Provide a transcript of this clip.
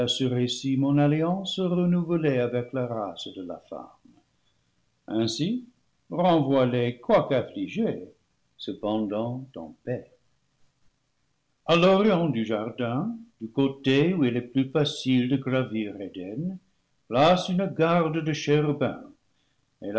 ce récit mon alliance renouvelée avec la race de la femme ainsi renvoie les quoique affligés cependant en paix a l'orient du jardin du côté où il est plus facile de gravir eden place une garde de